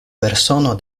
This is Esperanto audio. persono